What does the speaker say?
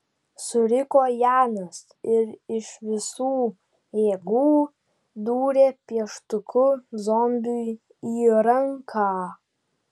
suriko janas ir iš visų jėgų dūrė pieštuku zombiui į ranką